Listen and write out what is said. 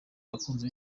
abakunzi